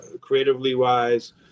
creatively-wise